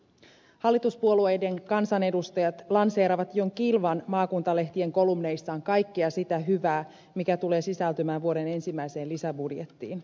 hallituspuolueiden kansanedustajat lanseeraavat jo kilvan maakuntalehtien kolumneissaan kaikkea sitä hyvää mikä tulee sisältymään vuoden ensimmäiseen lisäbudjettiin